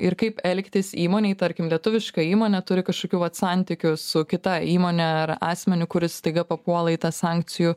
ir kaip elgtis įmonei tarkim lietuviška įmonė turi kažkokių vat santykių su kita įmone ar asmeniu kuris staiga papuola į tą sankcijų